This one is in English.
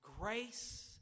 grace